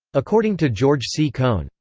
according to george c. kohn,